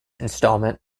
instalment